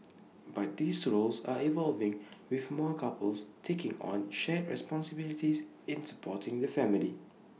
but these roles are evolving with more couples taking on shared responsibilities in supporting the family